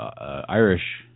Irish